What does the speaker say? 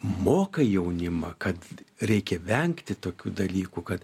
mokai jaunimą kad reikia vengti tokių dalykų kad